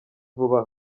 vuba